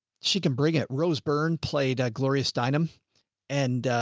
she can bring it. rose byrne played a gloria steinem and,